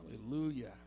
Hallelujah